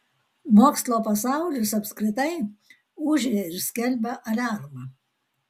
mokslo pasaulis apskritai ūžia ir skelbia aliarmą